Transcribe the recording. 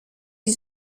die